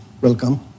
Welcome